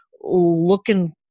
looking